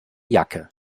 jacke